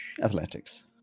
Athletics